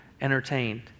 entertained